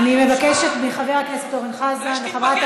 אני מבקשת מחבר הכנסת אורן חזן ומחברת